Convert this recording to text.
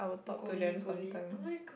goli goli oh-my-god